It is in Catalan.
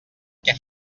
què